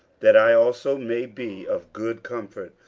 that i also may be of good comfort,